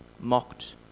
mocked